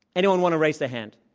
anyone want to raise their hand?